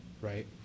right